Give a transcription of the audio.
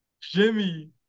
Jimmy